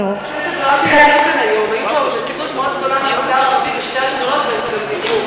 חברת הכנסת זועבי, הם היו כאן היום.